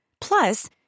Plus